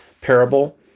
parable